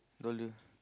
dollar